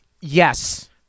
yes